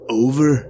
over